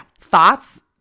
Thoughts